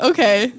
Okay